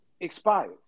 expires